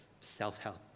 self-help